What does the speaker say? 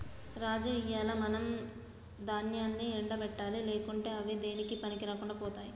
రాజు ఇయ్యాల మనం దాన్యాన్ని ఎండ పెట్టాలి లేకుంటే అవి దేనికీ పనికిరాకుండా పోతాయి